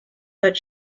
but